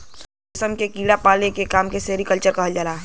रेशम क कीड़ा पाले के काम के सेरीकल्चर कहल जाला